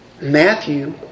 Matthew